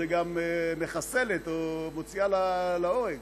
זה גם מחסלת או מוציאה להורג.